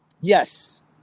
Yes